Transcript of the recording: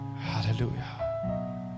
hallelujah